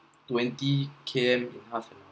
twenty K_M in half an hour